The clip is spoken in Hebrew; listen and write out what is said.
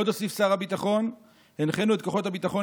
עוד הוסיף שר הביטחון: "הנחינו את כוחות הביטחון